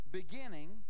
beginning